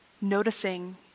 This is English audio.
noticing